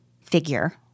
figure